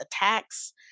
attacks